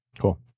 Cool